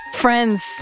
Friends